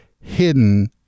hidden